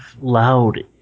loud